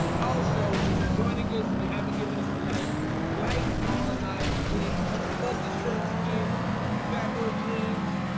also, if you're joining us and you haven't given us a like like our livestream i'm gonna plug the shirts again fat boy dreams